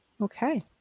Okay